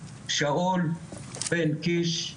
שאול בן קיש,